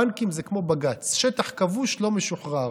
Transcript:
הבנקים זה כמו בג"ץ, שטח כבוש לא ישוחרר.